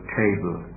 table